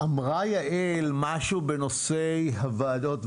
אמרה יעל משהו בנושא הוועדות,